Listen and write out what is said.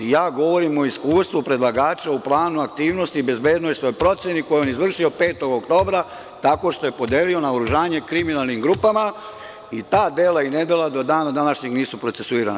Govorim o iskustvu predlagača o planu aktivnosti i bezbednosnoj proceni koju je izvršio 5. oktobra tako što je podelio naoružanje kriminalnim grupama i ta dela i nedela do današnjeg dana nisu procesuirana.